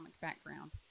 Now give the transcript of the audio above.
background